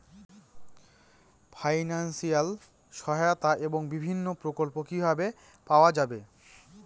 Financial সহায়তা এবং বিভিন্ন প্রকল্প কিভাবে পাওয়া যাবে?